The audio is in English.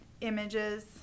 images